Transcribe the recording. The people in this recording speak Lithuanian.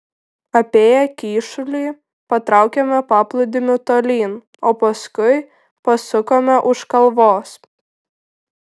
apėję kyšulį patraukėme paplūdimiu tolyn o paskui pasukome už kalvos